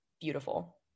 Beautiful